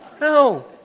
No